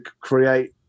create